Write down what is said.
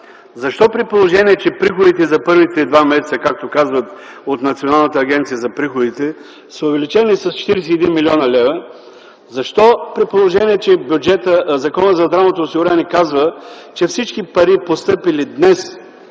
защо, при положение, че приходите за първите два месеца, както казват от Националната агенция за приходите, са увеличени с 41 млн. лв., защо при положение, че Законът за здравното осигуряване казва, че всички пари постъпили днес